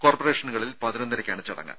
കോർപ്പറേഷനുകളിൽ പതിനൊന്നരയ്ക്കാണ് ചടങ്ങ്